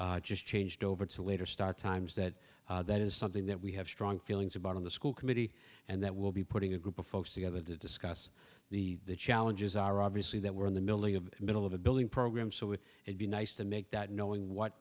just changed over to later start times that that is something that we have strong feelings about on the school committee and that will be putting a group of folks together to discuss the challenges are obviously that we're in the milling of middle of a building program so it would be nice to make that knowing what